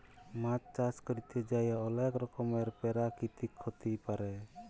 মাছ চাষ ক্যরতে যাঁয়ে অলেক রকমের পেরাকিতিক ক্ষতি পারে